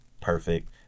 perfect